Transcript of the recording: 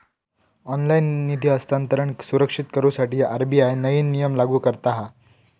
online निधी हस्तांतरण सुरक्षित करुसाठी आर.बी.आय नईन नियम लागू करता हा